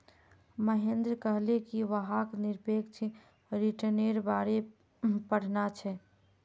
महेंद्र कहले कि वहाक् निरपेक्ष रिटर्न्नेर बारे पढ़ना छ